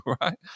right